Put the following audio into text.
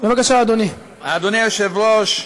אדוני היושב-ראש,